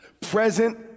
present